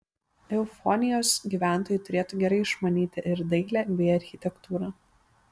eufonijos gyventojai turėtų gerai išmanyti ir dailę bei architektūrą